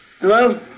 Hello